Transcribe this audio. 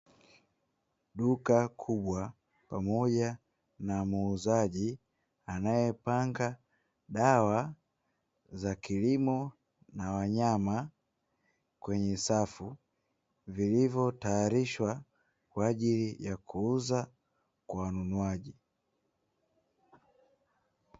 Duka kubwa pamoja na muuzaji anaepanga dawa za kilimo na wanyama kwenye safu, vilivyotayarishwa kwa ajili ya kuuzwa kwa wanunuaji.